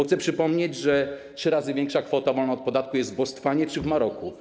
Chcę przypomnieć, że trzy razy większa kwota wolna od podatku jest w Botswanie czy w Maroku.